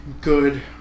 good